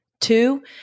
two